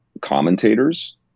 commentators